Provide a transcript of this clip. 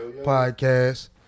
podcast